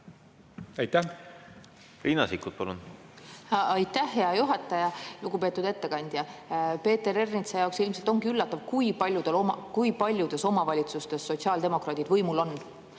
palun! Riina Sikkut, palun! Aitäh, hea juhataja! Lugupeetud ettekandja! Peeter Ernitsa jaoks ilmselt ongi üllatav, kui paljudes omavalitsustes sotsiaaldemokraadid on võimul.